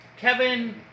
Kevin